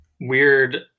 weird